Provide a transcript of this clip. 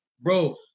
Bro